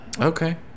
Okay